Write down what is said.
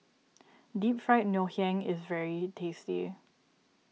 Deep Fried Ngoh Hiang is very tasty